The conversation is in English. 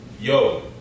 yo